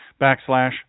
backslash